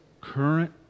current